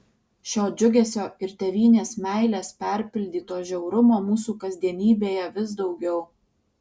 šio džiugesio ir tėvynės meilės perpildyto žiaurumo mūsų kasdienybėje vis daugiau